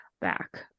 back